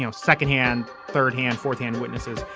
you know second hand, third hand, fourth hand witnesses.